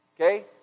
okay